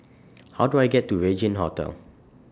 How Do I get to Regin Hotel